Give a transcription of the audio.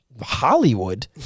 Hollywood